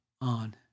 on